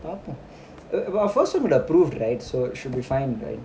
பாப்போம்:pappoom e~ but our first one is approved right so it should be fine right